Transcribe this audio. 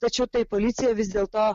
tačiau tai policija vis dėlto